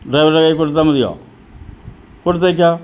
ഡ്രൈവർടെ കയ്യിൽ കൊടുത്താൽ മതിയോ കൊടുത്തേക്കാം